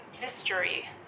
mystery